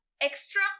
extra